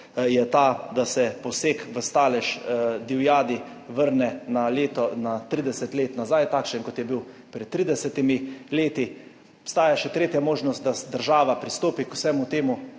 je ta, da se poseg v stalež divjadi vrne na 30 let nazaj, takšen kot je bil pred 30. leti. Obstaja še tretja možnost, da država pristopi k vsemu temu